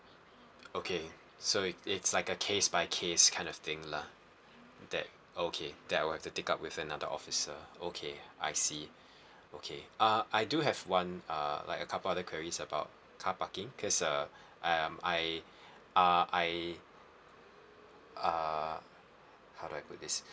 okay so it's like a case by case kind of thing lah that okay that I want to take up with another officer okay I see okay uh I do have one uh like a couple of other queries about car parking because uh I I'm I uh I uh how do I put this